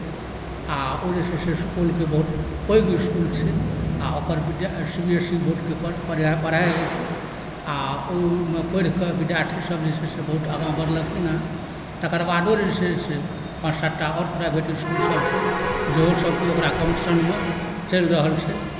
आओर ओ जे छै से सुपौलके बहुत पैघ इसकुल छै आओर ओकर विद्या सी बी एस इ बोर्डके पढ़ाइ होइ छै आओर ओहिमे पढ़िके विद्यार्थी सभ जे छै से बहुत आगाँ बढ़लखिन हैं तकर बादो जे छै से पाँच सात टा आओर प्राइवेट इसकुल सभ जेहोसँ ओकरा कम्पीटिशन चलि रहल छै